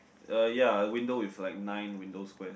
uh ya a window with like nine window squares